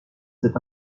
cet